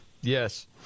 Yes